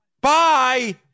Bye